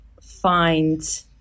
find